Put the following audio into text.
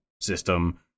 system